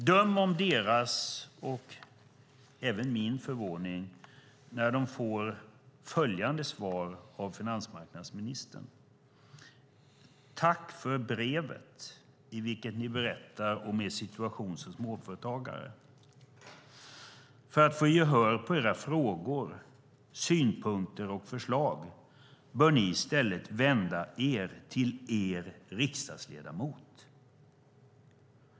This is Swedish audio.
Döm om deras, och även min, förvåning när de får följande svar av finansmarknadsministern: Tack för brevet i vilket ni berättar om er situation som småföretagare. För att få gehör för era frågor, synpunkter och förslag bör ni i stället vända er till er riksdagsledamot.